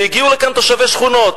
והגיעו לכאן תושבי שכונות.